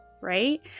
right